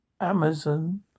Amazon